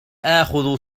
آخذ